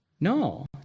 No